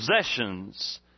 possessions